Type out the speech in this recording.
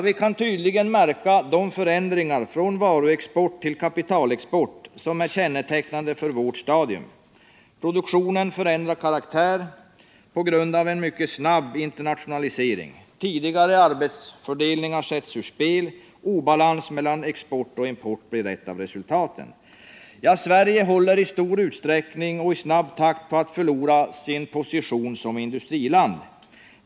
Vi kan tydligt märka de förändringar från varuexport till kapitalexport som är kännetecknande för vårt stadium. Produktionen ändrar karaktär på grund av en mycket snabb internationalisering. Tidigare arbetsfördelningar sätts ur spel, obalans mellan export och import blir ett av resultaten. Sverige håller i stor utsträckning och i snabb takt på att förlora sin position som industriland.